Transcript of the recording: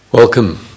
Welcome